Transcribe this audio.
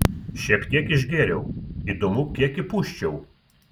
šiek tiek išgėriau įdomu kiek įpūsčiau